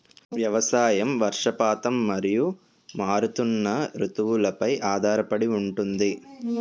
వ్యవసాయం వర్షపాతం మరియు మారుతున్న రుతువులపై ఆధారపడి ఉంటుంది